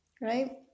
right